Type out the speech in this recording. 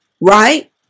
Right